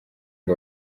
ngo